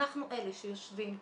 אנחנו אלה שיושבים,